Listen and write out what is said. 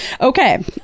Okay